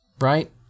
Right